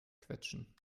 quetschen